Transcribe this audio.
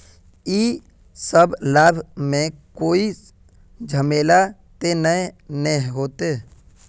इ सब लाभ में कोई झमेला ते नय ने होते?